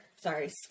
Sorry